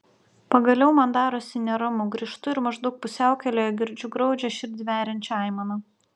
pagaliau man darosi neramu grįžtu ir maždaug pusiaukelėje girdžiu graudžią širdį veriančią aimaną